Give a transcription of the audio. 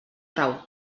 trau